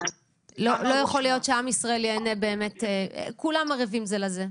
לא יכול להיות שעם ישראל ייהנה באמת --- כולם ערבים זה לזה,